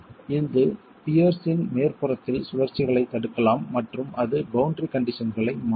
இது பியர்ஸ் இன் மேற்புறத்தில் சுழற்சிகளைத் தடுக்கலாம் மற்றும் அது பௌண்டரி கண்டிஷன்களை மாற்றும்